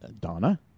Donna